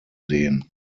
sehen